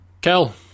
Kel